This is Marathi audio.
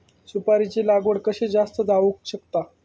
सुपारीची लागवड कशी जास्त जावक शकता?